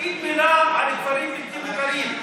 תגיד מילה על הכפרים הבלתי-מוכרים.